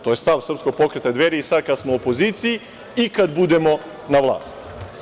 To je stav Srpskog pokreta Dveri i sad kad smo u opoziciji i kad budemo na vlasti.